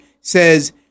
says